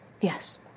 Yes